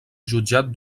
jutjat